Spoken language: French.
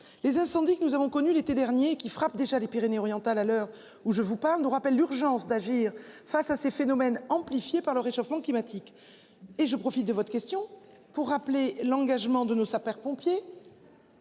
les incendies que nous avons connu l'été dernier qui frappe déjà les Pyrénées orientales, à l'heure où je vous parle nous rappelle l'urgence d'agir face à ces phénomènes amplifiée par le réchauffement climatique et je profite de votre question, pour rappeler l'engagement de nos sapeurs-pompiers.